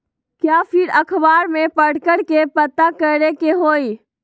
या फिर अखबार में पढ़कर के पता करे के होई?